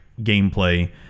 gameplay